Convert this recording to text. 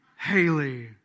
Haley